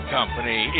Company